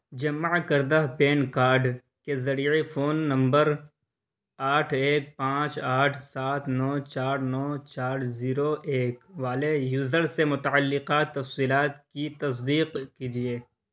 جمع کردہ pin code کے ذریعے فون نمبر آٹھ ایک پانچ آٹھ سات نو چار نو چار زیرو ایک والے یوزر سے متعلقہ تفصیلات کی تصدیق کیجیے